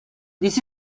this